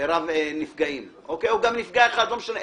רב נפגעים או גם נפגע אחד, לא משנה.